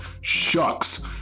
Shucks